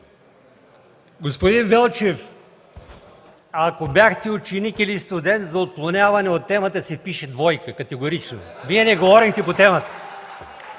Господин Велчев, ако бяхте ученик или студент, за отклоняване от темата се пише двойка, категорично. Вие не говорихте по темата!